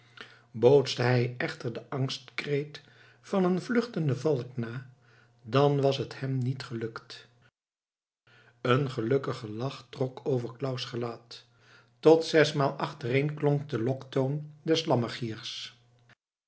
bootste hij echter den angstkreet van een vluchtenden valk na dan was het hem niet gelukt een gelukkige lach trok over claus gelaat tot zesmaal achtereen klonk de loktoon